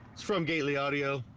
it's from gately audio